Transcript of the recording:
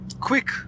quick